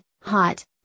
hot